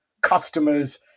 customers